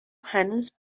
هنوز